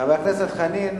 חבר הכנסת חנין,